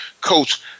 Coach